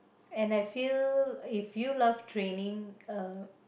and I feel if you love training uh